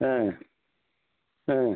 ஆ ஆ